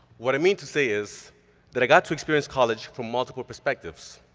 what i mean to say is that i got to experience college from multiple perspectives,